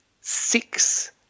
six